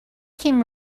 came